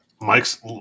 Mike's